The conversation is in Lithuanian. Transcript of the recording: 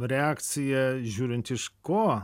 reakciją žiūrint iš ko